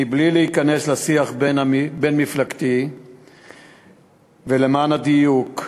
מבלי להיכנס לשיח בין-מפלגתי ולמען הדיוק: